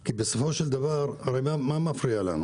כי בסופו של דבר מה מפריע לנו